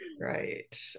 Right